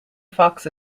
fox